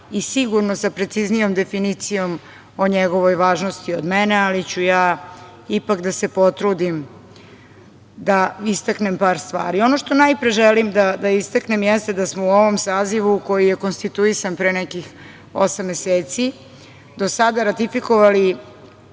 i sigurno sa preciznijom definicijom o njegovoj važnosti od mene, ali ću ja ipak da se potrudim da istaknem par stvari. Ono što najpre želim da istaknem jeste da smo u ovom sazivu koji je konstituisan pre nekih osam meseci do sada ratifikovali,